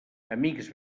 amics